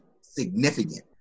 significant